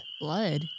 Blood